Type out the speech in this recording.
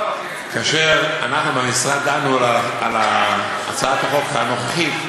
כאשר אנחנו במשרד דנו על הצעת החוק הנוכחית,